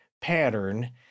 pattern